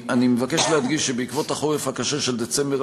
אני מבקש להדגיש שבעקבות החורף הקשה של דצמבר